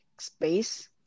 space